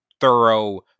thorough